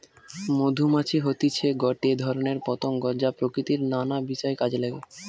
মধুমাছি হতিছে গটে ধরণের পতঙ্গ যা প্রকৃতির নানা বিষয় কাজে নাগে